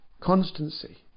constancy